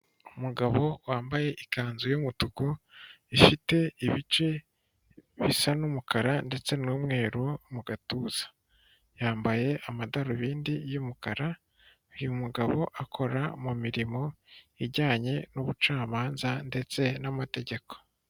Umugabo wambaye ikanzu y'umutuku ifite ibice bisa n'umukara ndetse n'umweru mu gatuza, yambaye amadarubindi y'umukara, uyu mugabo akora mu mirimo ijyanye n'ubucamanza ndetse n'amategeko.